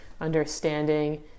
understanding